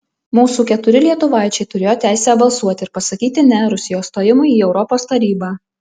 mūsų keturi lietuvaičiai turėjo teisę balsuoti ir pasakyti ne rusijos stojimui į europos tarybą